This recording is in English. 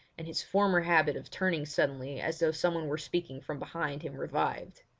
and his former habit of turning suddenly as though someone were speaking from behind him revived.